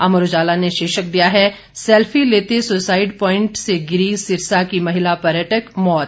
अमर उजाला ने शीर्षक दिया है सेल्फी लेते सुसाइड प्वाइंट से गिरी सिरसा की महिला पर्यटक मौत